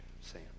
Sam